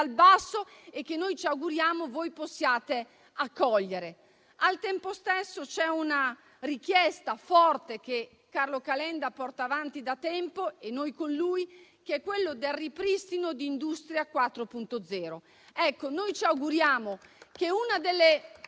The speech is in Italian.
basso e che ci auguriamo voi possiate accogliere. Al tempo stesso, c'è una richiesta forte che Carlo Calenda porta avanti da tempo, e noi con lui, che è quella del ripristino di Industria 4.0. Ci auguriamo che una delle